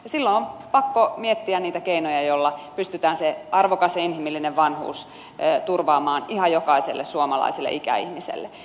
silloin on pakko miettiä niitä keinoja joilla pystytään se arvokas ja inhimillinen vanhuus turvaamaan ihan jokaiselle suomalaiselle ikäihmiselle